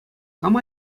кам